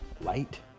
light